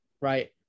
right